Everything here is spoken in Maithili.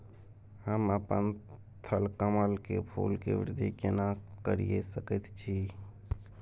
हम अपन थलकमल के फूल के वृद्धि केना करिये सकेत छी?